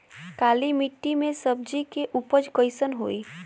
काली मिट्टी में सब्जी के उपज कइसन होई?